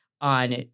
on